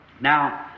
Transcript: Now